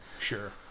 sure